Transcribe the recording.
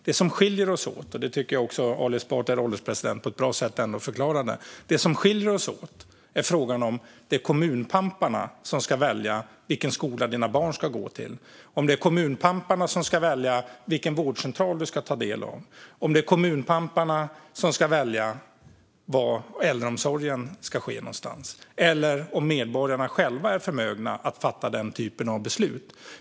Det som skiljer oss åt - och det tycker jag också att Ali Esbati förklarade på ett bra sätt, herr ålderspresident - är frågan om det är kommunpamparna som ska välja vilken skola dina barn ska gå till, om det är kommunpamparna som ska välja vilken vårdcentral du ska höra till och om det är kommunpamparna som ska välja var äldreomsorgen ska ske någonstans, eller om medborgarna själva är förmögna att fatta den typen av beslut.